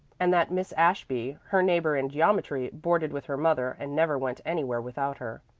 and that miss ashby, her neighbor in geometry, boarded with her mother and never went anywhere without her.